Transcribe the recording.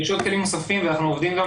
יש עוד כלים נוספים ואנחנו עובדים גם